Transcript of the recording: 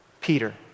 Peter